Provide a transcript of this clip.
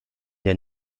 der